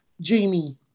Jamie